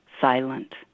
Silent